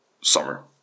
summer